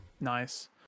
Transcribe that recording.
nice